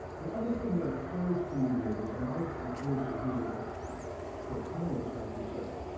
the other thing that occurs to me is, and i am curious to hear what my co-panelists have to say,